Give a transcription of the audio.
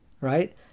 Right